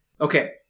Okay